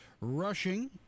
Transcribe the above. rushing